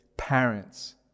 Parents